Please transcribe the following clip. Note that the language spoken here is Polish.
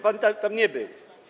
Pan tam nie był.